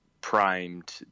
primed